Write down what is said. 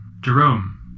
Jerome